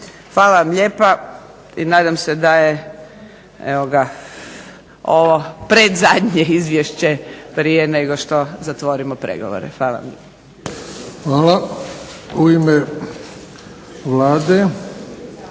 Hvala vam lijepa i nadam se da je ovo predzadnje izvješće prije nego što zatvorimo pregovore. Hvala. **Bebić, Luka